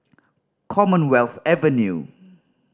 Commonwealth Avenue